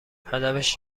هدفش